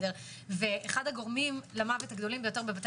ואחד הגורמים למוות הגדולים ביותר בבתי